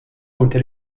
punti